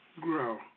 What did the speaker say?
grow